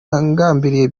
yagambiriye